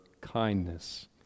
kindness